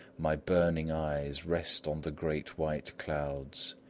my burning eyes rest on the great white clouds,